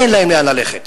אין להם לאן ללכת.